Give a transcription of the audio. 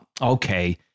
okay